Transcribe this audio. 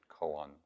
koan